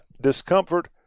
discomfort